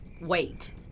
Wait